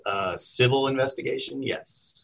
s civil investigation yes